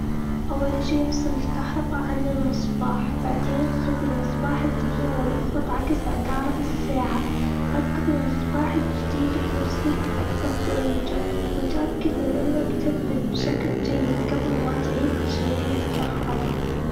أول إشي، إفصل الكهربا عن المصباح. بعدين خذ المصباح القديم، ولفه بعكس عقارب الساعة. ركب المصباح الجديد بنفس الطريجة واتأكد من إنه مثبت بشكل جيد قبل ما تعيد تشغيل الكهربا.